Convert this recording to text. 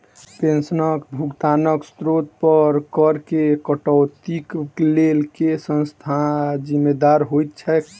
पेंशनक भुगतानक स्त्रोत पर करऽ केँ कटौतीक लेल केँ संस्था जिम्मेदार होइत छैक?